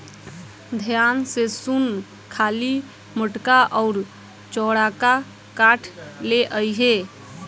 ध्यान से सुन खाली मोटका अउर चौड़का काठ ले अइहे